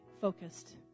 focused